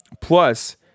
plus